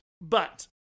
But-